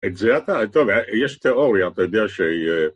‫את זה אתה... טוב, יש תיאוריה, ‫אתה יודע שהיא...